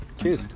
Cheers